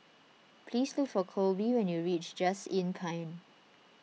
please look for Colby when you reach Just Inn Pine